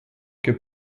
que